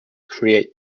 create